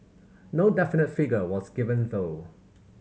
no definite figure was given though